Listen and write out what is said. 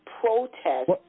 protest